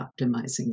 optimizing